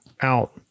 out